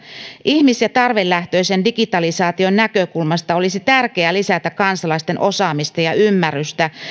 ihmis ja tarvelähtöisen digitalisaation näkökulmasta olisi tärkeää lisätä kansalaisten osaamista ja ymmärrystä